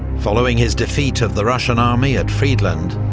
following his defeat of the russian army at friedland,